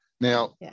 now